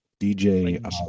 dj